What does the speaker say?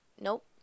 Nope